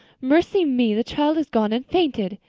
mercy me, the child has gone and fainted!